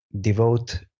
devote